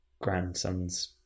grandson's